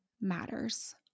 matters